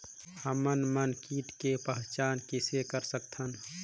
हमन मन कीट के पहचान किसे कर सकथन?